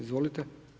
Izvolite.